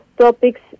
topics